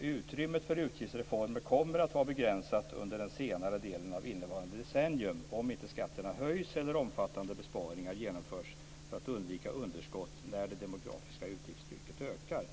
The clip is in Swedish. Utrymmet för utgiftsreformer kommer att vara begränsat under den senare delen av innevarande decennium om inte skatterna höjs eller omfattande besparingar genomförs för att undvika underskott när det demografiska utgiftstrycket ökar.